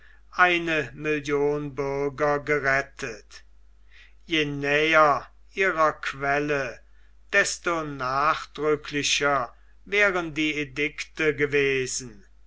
eine million bürger gerettet je näher ihrer quelle desto nachdrücklicher wären die edikte gewesen